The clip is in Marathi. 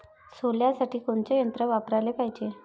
सोल्यासाठी कोनचं यंत्र वापराले पायजे?